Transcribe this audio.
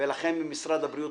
ולכם במשרד הבריאות,